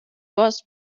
was